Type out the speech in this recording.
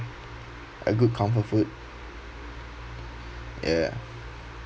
a good comfort food ya